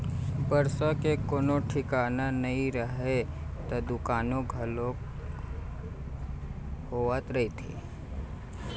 बरसा के कोनो ठिकाना नइ रहय त दुकाल घलोक होवत रहिस हे